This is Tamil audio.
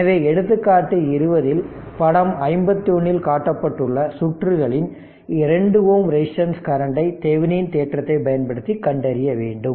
எனவே எடுத்துக்காட்டு 20 படம் 51 இல் காட்டப்பட்டுள்ள சுற்றுகளின் 2 Ω ரெசிஸ்டன்ஸ்ல் கரண்டை தெவெனினின் தேற்றத்தைப் பயன்படுத்தி கண்டறிய வேண்டும்